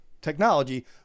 technology